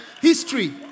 history